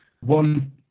one